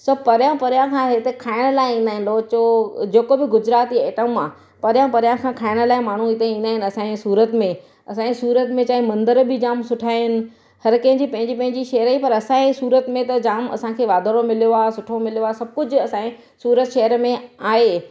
सभु परियां परियां खां हिते खाइण लाइ ईंदा आहिनि लोचो जेको बि गुजराती एटम आहे परियां परियां खां खाइण लाइ माण्हू हिते ईंदा आहिनि असांजे सूरत में असांजे सूरत में चाहे मंदर बि जाम सुठा आहिनि हर कंहिंजी पंहिंजी पंहिंजी शहरजी पर असांजे सूरत में त जाम असांखे वाधारो मिलियो आहे सुठो मिलियो आहे सभु कुझु असांजे सूरत शहर में आहे